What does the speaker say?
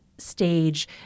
stage